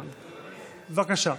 בבקשה.